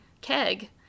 keg